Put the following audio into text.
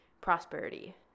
prosperity